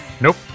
nope